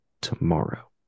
tomorrow